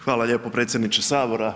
Hvala lijepo predsjedniče Sabora.